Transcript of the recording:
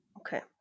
Okay